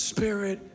Spirit